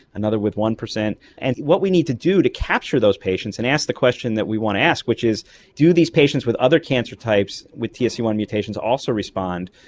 another with one percent, and what we need to do to capture those patients and ask the question that we want to ask, which is do these patients with other cancer types with t s e one mutations also respond?